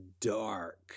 dark